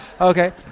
Okay